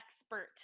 expert